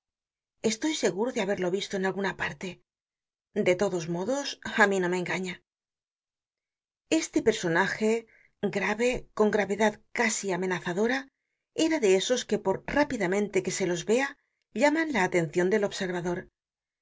estoy seguro de haberlo visto en alguna parte de todos modos á mi no me engaña este personaje grave con gravedad casi amenazadora era de esos que por rápidamente que se los vea llaman la atencion del observador